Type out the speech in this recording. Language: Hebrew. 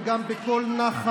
וגם בכל נחל,